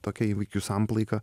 tokia įvykių samplaika